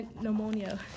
pneumonia